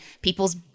people's